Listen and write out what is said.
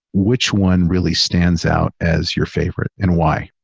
which one really stands out as your favorite and why?